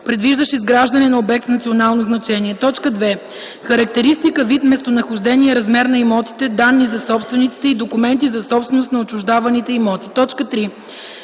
предвиждащ изграждане на обект с национално значение; 2. характеристика, вид, местонахождение, размер на имотите, данни за собствениците и документи за собственост на отчуждаваните имоти; 3.